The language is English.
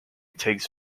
takes